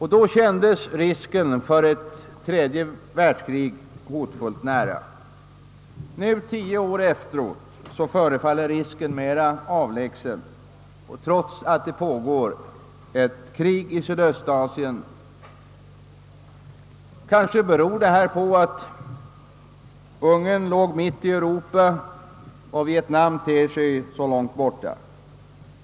Då kändes risken för ett tredje världskrig vara hotfullt nära. Så här tio år efteråt förefaller den risken mera avlägsen, trots att öppet krig pågår i Sydöstasien. Kanske beror dessa olika bedömningar på att Ungern låg mitt i Europa, medan Vietnam ligger så långt borta.